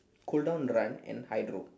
cool down run and hydro